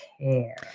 care